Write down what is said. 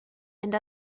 and